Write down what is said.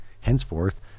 henceforth